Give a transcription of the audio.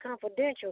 confidential